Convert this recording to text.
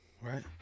right